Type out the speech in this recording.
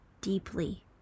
deeply